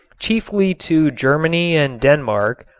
chiefly to germany and denmark,